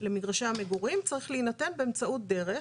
למגרשי המקורים צריך להינתן באמצעות דרך,